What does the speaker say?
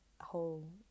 whole